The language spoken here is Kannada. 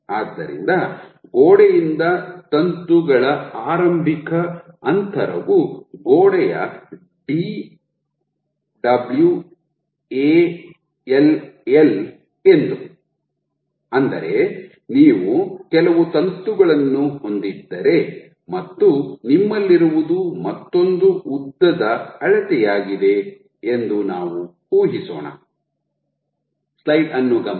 ಆದ್ದರಿಂದ ಗೋಡೆಯಿಂದ ತಂತುಗಳ ಆರಂಭಿಕ ಅಂತರವು ಗೋಡೆಯ ಡಿ ಎಂದು ಅಂದರೆ ನೀವು ಕೆಲವು ತಂತುಗಳನ್ನು ಹೊಂದಿದ್ದರೆ ಮತ್ತು ನಿಮ್ಮಲ್ಲಿರುವುದು ಮತ್ತೊಂದು ಉದ್ದದ ಅಳತೆಯಾಗಿದೆ ಎಂದು ನಾವು ಊಹಿಸೋಣ